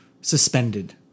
Suspended